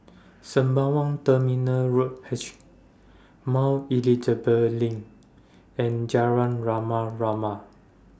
Sembawang Terminal Road H Mount Elizabeth LINK and Rama Rama